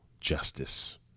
justice